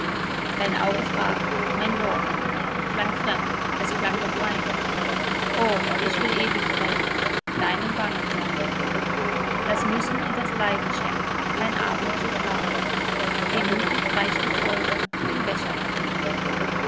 dein auge fragt mein wort klang fremd es klang doch rein oh ich will ewig fremd deinem bangen sein das müssen und das leiden schenkt kein abend so klar demütig reicht die freude den becher dar